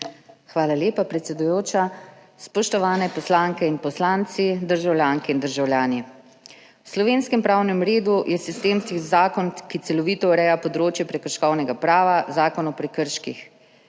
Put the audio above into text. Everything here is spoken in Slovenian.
Hvala lepa, predsedujoča. Spoštovane poslanke in poslanci, državljanke in državljani! V slovenskem pravnem redu je sistemski zakon, ki celovito ureja področje prekrškovnega prava, Zakon o prekrških.